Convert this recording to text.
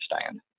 stand